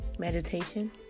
Meditation